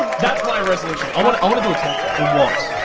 um that's my resolution. i wanna i wanna do a ted talk. on what?